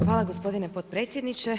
Hvala gospodine potpredsjedniče.